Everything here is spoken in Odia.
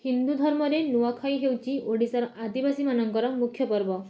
ହିନ୍ଦୁ ଧର୍ମରେ ନୂଆଖାଇ ହେଉଛି ଆଦିବାସୀମାନଙ୍କର ମୁଖ୍ୟ ପର୍ବ